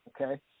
okay